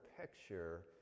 picture